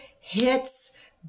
hits